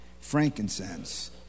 frankincense